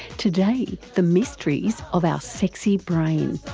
today, the mysteries of our sexy brain.